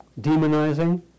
Demonizing